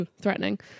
threatening